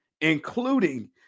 including